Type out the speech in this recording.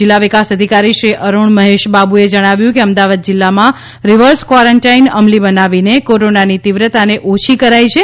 જિલ્લા વિકાસ અધિકારી શ્રી અરુણ મહેશ બાબુએ જણાવ્યું છે કે અમદાવાદ જિલ્લામાં રિવર્સ ક્વોરંટિન અમલી બનાવીને કોરોનાની તીવ્રતાને ઓછી કરાઈ છે